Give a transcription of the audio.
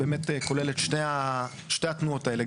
באמת כולל את שתי התנועות האלה,